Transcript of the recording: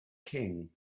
king